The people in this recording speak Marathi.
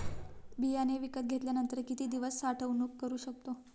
बियाणे विकत घेतल्यानंतर किती दिवस साठवणूक करू शकतो?